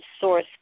source